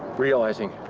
realizing,